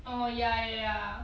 oh ya ya